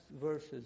verses